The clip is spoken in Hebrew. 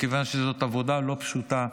מכיוון שזאת עבודה לא פשוטה,